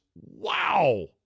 wow